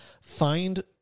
find